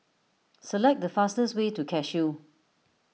select the fastest way to Cashew